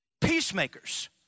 peacemakers